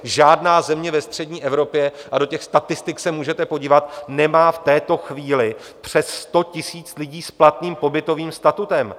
Žádná země ve střední Evropě, a do těch statistik se můžete podívat, nemá v této chvíli přes 100 000 lidí s platným pobytovým statutem.